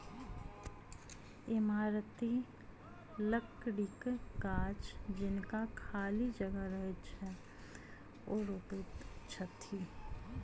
इमारती लकड़ीक गाछ जिनका खाली जगह रहैत छैन, ओ रोपैत छथि